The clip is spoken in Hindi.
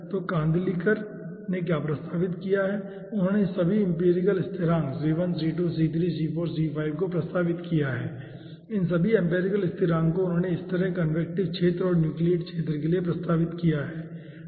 तो कांदिलिकर ने क्या प्रस्तावित किया है उसने इन सभी एम्पिरिकल स्थिरांक को प्रस्तावित किया है इन सभी एम्पिरिकल स्थिरांक को उन्होंने इस तरह कन्वेक्टिव क्षेत्र और न्यूक्लियेट क्षेत्र के लिए प्रस्तावित किया है